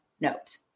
note